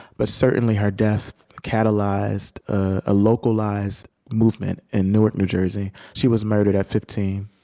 but certainly her death catalyzed a localized movement in newark, new jersey. she was murdered at fifteen.